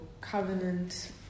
covenant